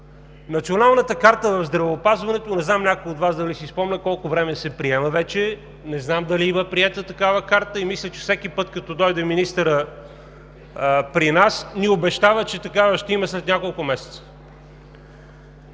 Националната карта в здравеопазването – не знам някой от Вас дали си спомня колко време се приема вече?! Не знам дали има приета такава карта? Мисля, че всеки път, като дойде министърът при нас, ни обещава, че такава ще има след няколко месеца.